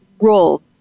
role